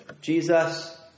Jesus